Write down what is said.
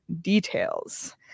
details